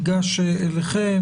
ניגש אליכם,